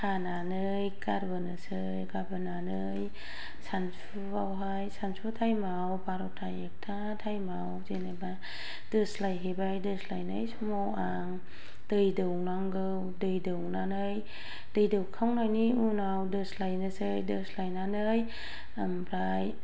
खानानै गारबोनोसै गारबोनानै सानजौफु आवहाय सानजौफु टाइमाव बार'था एकथा टाइमाव जेनेबा दोस्लायहैबाय दोस्लायनाय समाव आं दै दौनांगौ दै दौनानै दै दौखांनायनि उनाव दोस्लायनोसै दोस्लायनानै ओमफ्राय